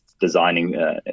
designing